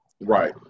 Right